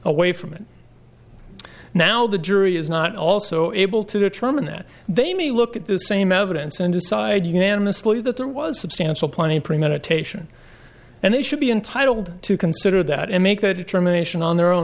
away from it now the jury is not also able to determine that they may look at the same evidence and decide unanimously that there was substantial planning premeditation and they should be entitled to consider that and make that determination on their own